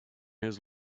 his